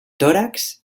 tórax